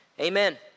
Amen